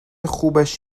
خوبش